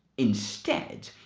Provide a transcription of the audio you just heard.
instead,